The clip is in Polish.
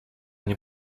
nie